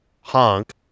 honk